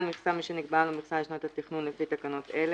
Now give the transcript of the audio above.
מכסה" מי שנקבעה לו מכסה לשנת התכנון לפי תקנות אלה,